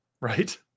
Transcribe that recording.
right